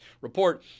Report